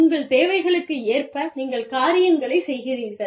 உங்கள் தேவைகளுக்கு ஏற்ப நீங்கள் காரியங்களைச் செய்கிறீர்கள்